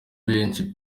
benshi